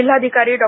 जिल्हाधिकारी डॉ